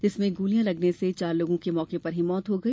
जिसमे गोलिया लगने से चार लोगों की मौके पर ही मौत हो गई